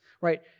right